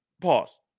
pause